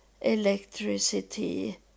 electricity